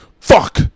Fuck